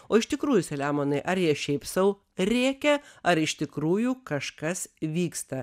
o iš tikrųjų selemonai ar jie šiaip sau rėkia ar iš tikrųjų kažkas vyksta